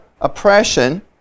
oppression